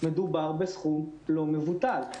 מדובר בסכום לא מבוטל.